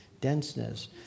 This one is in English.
denseness